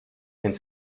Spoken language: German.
ins